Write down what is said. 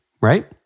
right